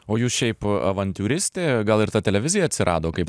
o jūs šiaip avantiūristė gal ir ta televizija atsirado kaip